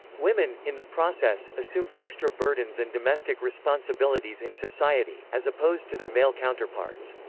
women, in the process, assumed extra burdens and domestic responsibilities in society, as opposed to their male counterparts.